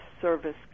service